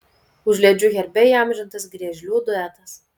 užliedžių herbe įamžintas griežlių duetas